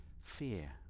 fear